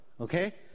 Okay